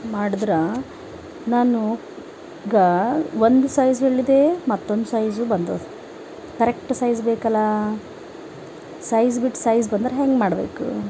ಮಾಡಿದ್ರ ನಾನು ಈಗ ಒಂದು ಸೈಜ್ ಹೇಳಿದೆ ಮತ್ತೊಂದು ಸೈಜು ಬಂದದ ಕರೆಕ್ಟ್ ಸೈಜ್ ಬೇಕಲ್ಲಾ ಸೈಜ್ ಬಿಟ್ಟು ಸೈಜ್ ಬಂದರೆ ಹೆಂಗೆ ಮಾಡಬೇಕು